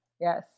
Yes